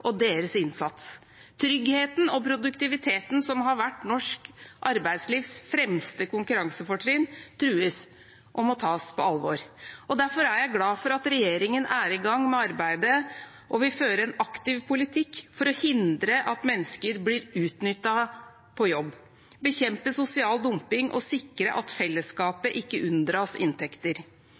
og deres innsats. Tryggheten og produktiviteten, som har vært norsk arbeidslivs fremste konkurransefortrinn, trues og må tas på alvor. Derfor er jeg glad for at regjeringen er i gang med arbeidet og vil føre en aktiv politikk for å hindre at mennesker blir utnyttet på jobb, for å bekjempe sosial dumping og for å sikre at fellesskapet ikke unndras inntekter.